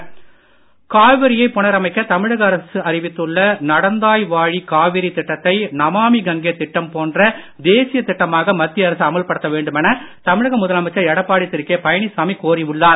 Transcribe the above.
எடப்பாடி காவிரியை புனரமைக்க தமிழக அரசு அறிவித்துள்ள நடந்தாய் வாழி காவிரி திட்டத்தை நமாமி கங்கே திட்டம் போன்ற தேசிய திட்டமாக மத்திய அரசு அமல்படுத்த வேண்டுமென தமிழக முதலமைச்சர் எடப்பாடி திரு கே பழனிசாமி கோரி உள்ளார்